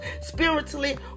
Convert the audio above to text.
Spiritually